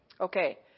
Okay